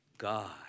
God